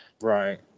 Right